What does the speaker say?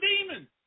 demons